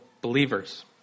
believers